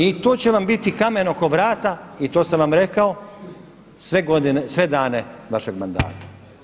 I to će vam biti kamen oko vrata i to sam vam rekao sve dane vašeg mandata.